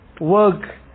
work